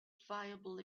viable